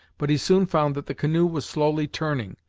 but he soon found that the canoe was slowly turning,